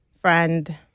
friend